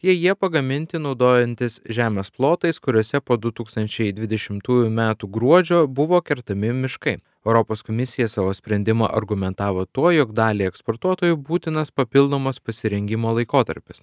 jei jie pagaminti naudojantis žemės plotais kuriuose po du tūkstančiai dvidešimtųjų metų gruodžio buvo kertami miškai europos komisija savo sprendimą argumentavo tuo jog daliai eksportuotojų būtinas papildomas pasirengimo laikotarpis